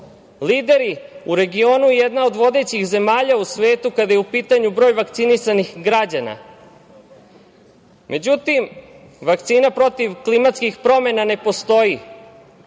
lideri u regionu, jedna od vodećih zemalja u svetu kada je u pitanju broj vakcinisanih građana.Međutim, vakcina protiv klimatskih promena ne postoji,